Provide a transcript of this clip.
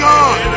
God